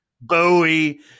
Bowie